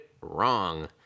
wrong